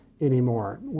anymore